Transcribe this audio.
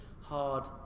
hard